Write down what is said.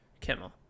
Kimmel